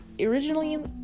Originally